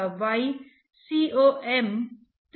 तो वे सभी प्रक्रियाएं क्या हैं जिनके होने की संभावना है